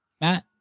Matt